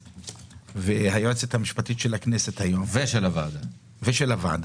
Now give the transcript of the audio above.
והיועצת המשפטית של הכנסת ושל הוועדה